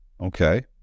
Okay